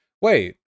Wait